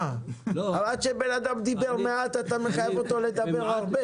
עד שבן אדם דיבר מעט אתה מחייב אותו לדבר הרבה?